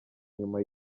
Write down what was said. inyuma